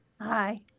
Hi